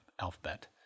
alphabet